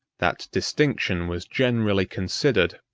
that distinction was generally considered,